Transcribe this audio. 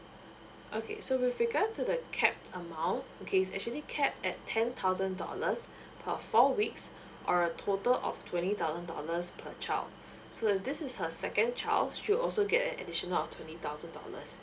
okay so with regards to the capped amount okay is actually capped at ten thousand dollars per four weeks or a total of twenty thousand dollars per child so if this is her second child she will also get an additional of twenty thousand dollars